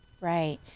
right